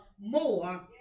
more